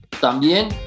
También